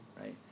right